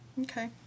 Okay